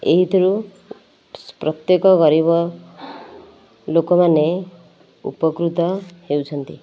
ଏହିଥିରୁ ପ୍ରତ୍ୟକ ଗରିବ ଲୋକମାନେ ଉପକୃତ ହେଉଛନ୍ତି